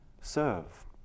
serve